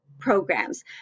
programs